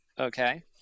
Okay